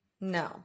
No